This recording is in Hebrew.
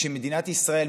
וכשמדינת ישראל,